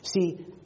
See